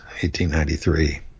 1893